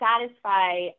satisfy